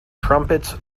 trumpets